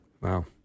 Wow